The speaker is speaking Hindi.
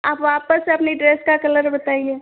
आप वापस से अपनी ड्रेस का कलर बताइए